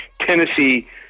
Tennessee